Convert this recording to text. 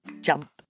jump